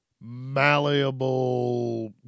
malleable